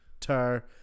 tar